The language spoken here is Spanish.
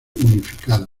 unificado